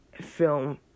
film